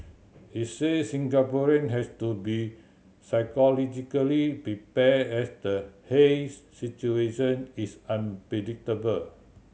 he said Singaporean has to be psychologically prepared as the haze situation is unpredictable